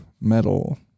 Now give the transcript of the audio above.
metal